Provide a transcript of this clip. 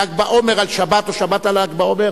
ל"ג בעומר על שבת או שבת על ל"ג בעומר,